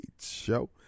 Show